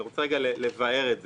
אני רוצה לבאר את זה.